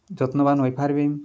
ଯତ୍ନବାନ ହୋଇପାରିବେ